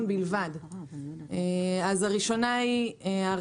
היא חלק מאותה